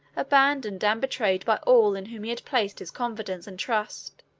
abandoned and betrayed by all in whom he had placed his confidence and trust,